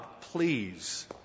please